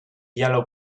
yellow